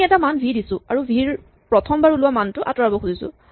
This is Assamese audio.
আমি এটা মান ভি দিছো আৰু ভি ৰ প্ৰথমবাৰ ওলোৱা মানটো আঁতৰাব খুজিছোঁ